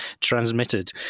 transmitted